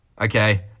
okay